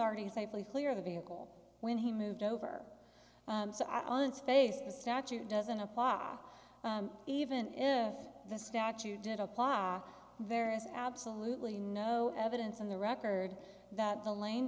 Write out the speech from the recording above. safely clear the vehicle when he moved over on its face the statute doesn't apply even if the statute did apply there is absolutely no evidence in the record that the lane